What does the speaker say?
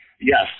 Yes